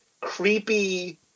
creepy